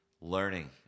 learning